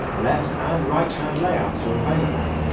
left and right-hand layouts are available.